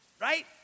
right